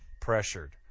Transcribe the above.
pressured